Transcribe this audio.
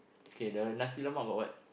okay the nasi lemak got what